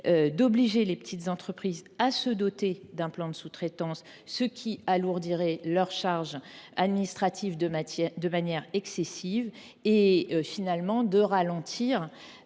d’obliger les petites entreprises à se doter d’un plan de sous traitance, ce qui alourdirait leur charge administrative de manière excessive, et, d’autre part, de ralentir